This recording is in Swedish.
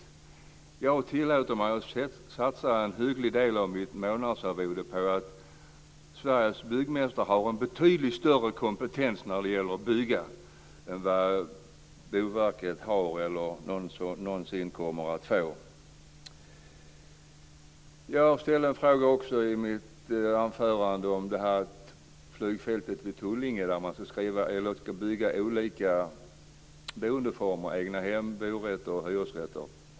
Tror statsrådet på det själv? Jag tillåter mig att satsa en hygglig del av mitt månadsarvode på att Sveriges byggmästare har betydligt större kompetens när det gäller att bygga än Boverket har eller någonsin kommer att få. Jag ställde i mitt anförande en fråga om flygfältet vid Tullinge, där man ska bygga olika boendeformer: egnahem, borätter och hyresrätter.